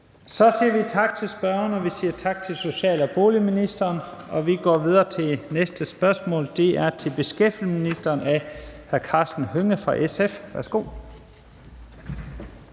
Så siger vi tak til spørgeren, og vi siger tak til social- og boligministeren. Vi går videre til næste spørgsmål. Det er til beskæftigelsesministeren af hr. Karsten Hønge fra SF. Kl.